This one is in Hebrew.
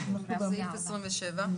סעיף 27,